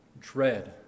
dread